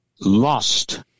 lost